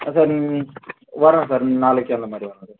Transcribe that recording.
sir நீங் வரோம் sir நாளைக்கு அந்த மாதிரி வரோம் சார்